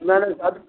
नहीं नहीं शादी